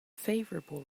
favorable